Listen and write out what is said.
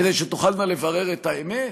כדי שתוכלנה לברר את האמת?